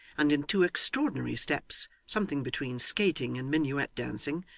and in two extraordinary steps, something between skating and minuet dancing,